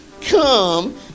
come